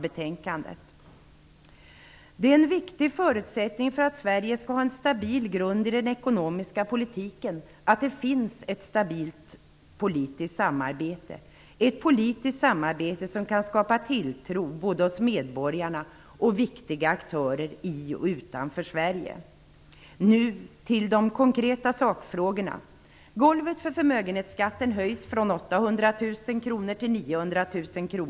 En viktig förutsättning för att Sverige skall ha en stabil grund för den ekonomiska politiken är att det finns ett stabilt politiskt samarbete, ett politiskt samarbete som kan skapa tilltro både hos medborgarna och viktiga aktörer i och utanför Sverige. Nu till de konkreta sakfrågorna. Golvet för förmögenhetsskatten höjs från 800 000 kr till 900 000 kr.